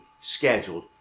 scheduled